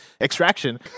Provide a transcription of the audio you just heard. Extraction